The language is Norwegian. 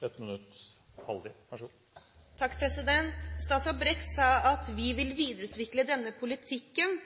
begrenset til 1 minutt. Statsråd Brekk sa at vi vil videreutvikle denne politikken